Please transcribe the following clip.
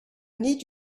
need